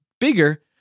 bigger